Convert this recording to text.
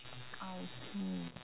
I see